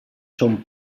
són